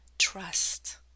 trust